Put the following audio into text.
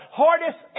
hardest